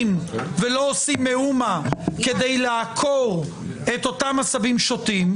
ולא עושים מאומה כדי לעקור את אותם עשבים שוטים,